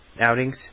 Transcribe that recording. outings